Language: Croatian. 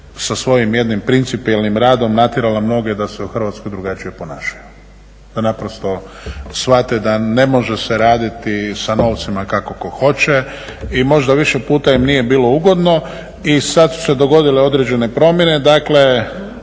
Hrvatskoj drugačije ponašaju,